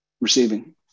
receiving